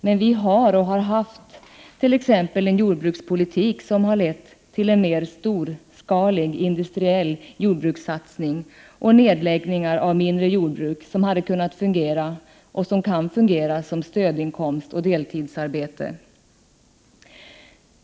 Men vi har och har haft t.ex. en jordbrukspolitik som har lett till en mer storskalig, industriell jordbrukssatsning och nedläggning av de mindre jordbruken, som hade kunnat och kan fungera som stödinkomst och deltidsarbete.